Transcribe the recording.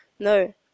No